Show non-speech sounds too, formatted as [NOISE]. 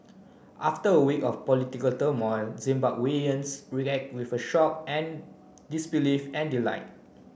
after a week of political turmoil Zimbabweans [UNINTELLIGIBLE] with shock and disbelief and delight